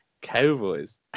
cowboys